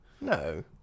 no